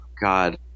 God